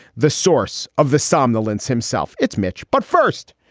the source of the somnolence himself. it's mitch. but first,